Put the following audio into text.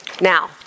Now